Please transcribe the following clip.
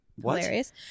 Hilarious